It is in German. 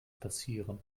passieren